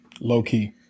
Low-key